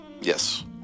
yes